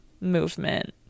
movement